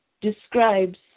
describes